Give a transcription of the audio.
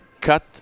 cut